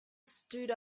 stood